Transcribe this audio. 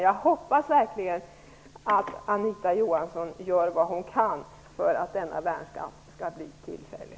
Jag hoppas verkligen att Anita Johansson gör vad hon kan för att denna värnskatt skall bli tillfällig.